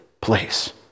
place